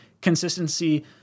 consistency